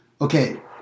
Okay